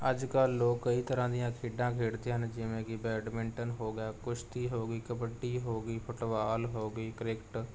ਅੱਜ ਕੱਲ੍ਹ ਲੋਕ ਕਈ ਤਰ੍ਹਾਂ ਦੀਆਂ ਖੇਡਾਂ ਖੇਡਦੇ ਹਨ ਜਿਵੇਂ ਕਿ ਬੈਡਮਿੰਟਨ ਹੋ ਗਿਆ ਕੁਸ਼ਤੀ ਹੋ ਗਈ ਕਬੱਡੀ ਹੋ ਗਈ ਫੁੱਟਬਾਲ ਹੋ ਗਈ ਕ੍ਰਿਕਟ